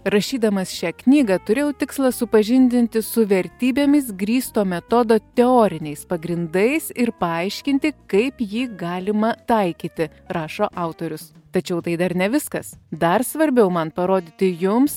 rašydamas šią knygą turėjau tikslą supažindinti su vertybėmis grįsto metodo teoriniais pagrindais ir paaiškinti kaip jį galima taikyti rašo autorius tačiau tai dar ne viskas dar svarbiau man parodyti jums